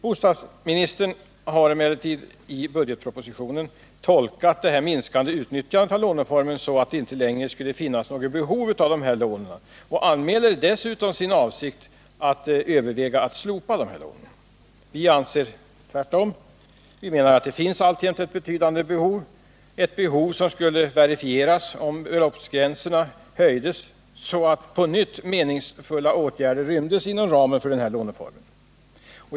Bostadsministern har emellertid i propositionen tolkat det minskande utnyttjandet av låneformen så att det inte längre finns något behov av dessa lån och anmäler dessutom sin avsikt att slopa dessa lån. Vi anser tvärtom att det alltjämt finns ett betydande behov, ett behov som skulle verifieras om beloppsgränsen höjdes så att meningsfulla åtgärder på nytt rymdes inom ramen för den här låneformen.